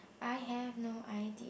I have no idea